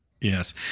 Yes